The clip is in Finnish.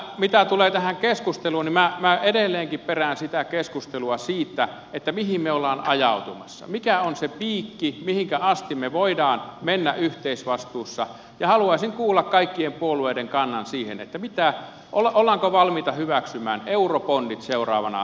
mitä tulee tähän keskusteluun minä edelleenkin perään keskustelua siitä mihin me olemme ajautumassa ja mikä on se piikki mihinkä asti me voimme mennä yhteisvastuussa ja haluaisin kuulla kaikkien puolueiden kannan siihen ollaanko valmiita hyväksymään eurobondit seuraavana kiireellisenä päätöksenä tässä salissa